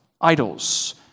idols